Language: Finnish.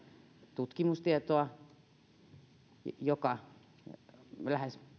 tutkimustietoa lähes